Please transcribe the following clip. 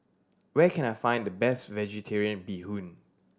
where can I find the best Vegetarian Bee Hoon